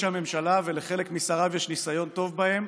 הממשלה ולחלק משריו יש ניסיון טוב בהם.